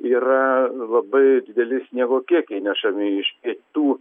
yra labai dideli sniego kiekiai nešami iš pietų